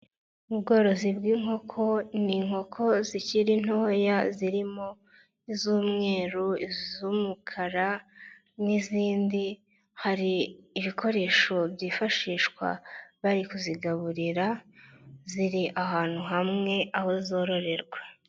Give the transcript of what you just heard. Ubworozi bw'inkoko, n'inkoko zikiri ntoya zirimo iz'umweru, iz'umukara n'izindi, hari ibikoresho byifashishwa bari kuzigaburira, ziri ahantu hamwe aho zororerwa.